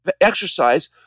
exercise